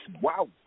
Wow